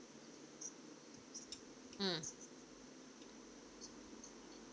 mm